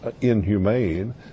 inhumane